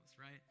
right